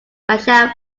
michelle